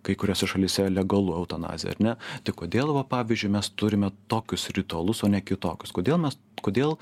kai kuriose šalyse legalu eutanazija ar ne tai kodėl va pavyzdžiui mes turime tokius ritualus o ne kitokius kodėl mes kodėl